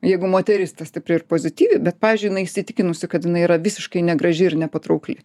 jeigu moteris stipri ir pozityvi bet pavyzdžiui jinai įsitikinusi kad jinai yra visiškai negraži ir nepatraukli